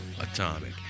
Atomic